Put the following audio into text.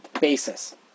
basis